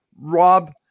Rob